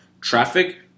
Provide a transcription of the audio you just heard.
Traffic